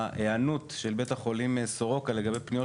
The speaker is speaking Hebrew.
ההיענות של בית החולים סורוקה לגבי פניות